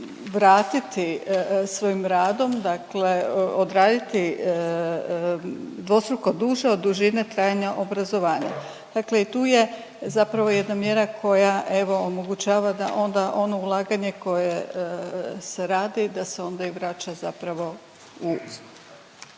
vratiti svojim radom, dakle odraditi dvostruko duže od dužine trajanja obrazovanja. Dakle i tu je zapravo jedna mjera koja evo omogućava da onda ono ulaganje koje se radi da se onda i vraća zapravo u